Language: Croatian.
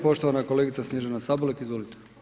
Poštovana kolegica Snježana Sabolek, izvolite.